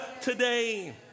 today